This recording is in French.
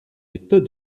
état